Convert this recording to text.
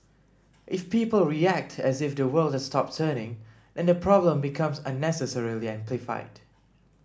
if people react as if the world has stopped turning then the problem becomes unnecessarily amplified